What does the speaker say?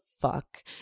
fuck